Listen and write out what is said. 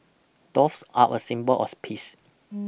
doves are a symbol of peace